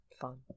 Fun